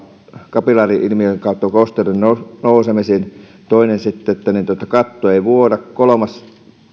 kapillaari ilmiön kautta kosteuden nousemisen toinen sitten on se että katto ei vuoda kolmas